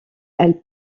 elle